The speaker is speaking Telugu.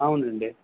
అవునండి